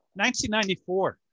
1994